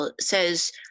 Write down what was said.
says